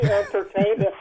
entertaining